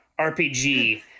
RPG